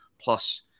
plus